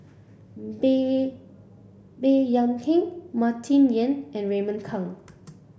Baey Baey Yam Keng Martin Yan and Raymond Kang